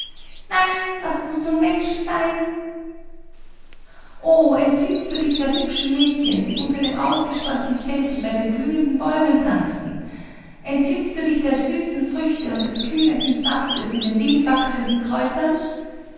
nein laßt uns nun menschen sein o entsinnst du dich der hübschen mädchen die unter dem ausgespannten zelte bei den blühenden bäumen tanzten entsinnst du dich der süßen früchte und des kühlenden saftes in den wild wachsenden kräutern